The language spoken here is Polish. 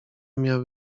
miał